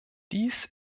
dies